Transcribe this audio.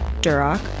duroc